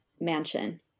mansion